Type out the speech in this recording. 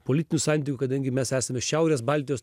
politinių santykių kadangi mes esame šiaurės baltijos